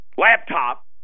laptop